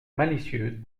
malicieux